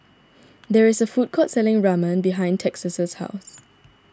there is a food court selling Ramen behind Texas' house